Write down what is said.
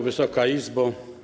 Wysoka Izbo!